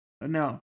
No